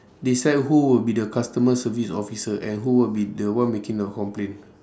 decide who would be the customer service officer and who would be the one making the complaint